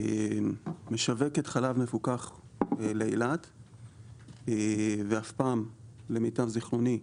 משווקת חלב מפוקח לאילת ואף פעם, למיטב זכרוני,